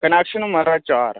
connection माराज चार